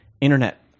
internet